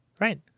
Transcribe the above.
Right